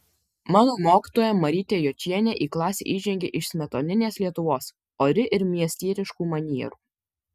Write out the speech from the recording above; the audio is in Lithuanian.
mano mokytoja marytė jočienė į klasę įžengė iš smetoninės lietuvos ori ir miestietiškų manierų